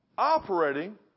Operating